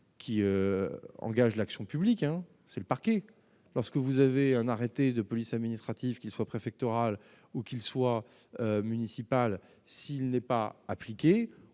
qui engagent l'action publique, hein, c'est le parquet, lorsque vous avez un arrêté de police administrative qui soit préfectorales ou qu'ils soient municipales s'il n'est pas appliquée,